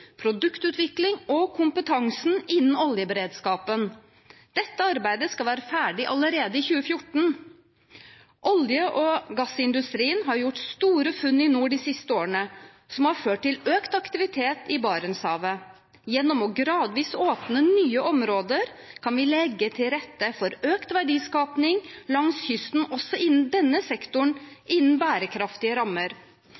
produktutvikling og kompetanse innen oljeberedskapen. Dette arbeidet skal være ferdig allerede i 2014. Olje- og gassindustrien har gjort store funn i nord de siste årene som har ført til økt aktivitet i Barentshavet. Gjennom gradvis å åpne nye områder kan vi legge til rette for økt verdiskaping langs kysten også innen denne